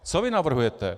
Co vy navrhujete?